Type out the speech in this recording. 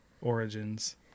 Origins